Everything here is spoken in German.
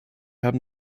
haben